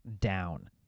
down